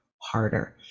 harder